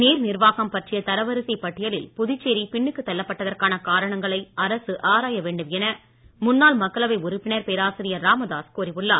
நீர் நிர்வாகம் பற்றிய தரவரிசைப் பட்டியலில் புதுச்சேரி பின்னுக்கு தள்ளப்பட்டதற்கான காரணங்களை அரசு ஆராய வேண்டும் என முன்னாள் மக்களவை உறுப்பினர் பேராசிரியர் ராமதாஸ் கூறி உள்ளார்